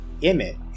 Image